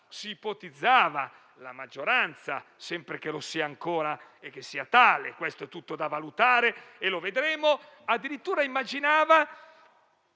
mattina, la maggioranza - sempre che ci sia ancora e che sia tale: questo è tutto da valutare e lo vedremo - addirittura immaginava